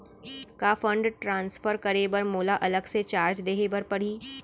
का fund transfer करे बर मोला अलग से चार्ज देहे बर परही?